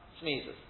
sneezes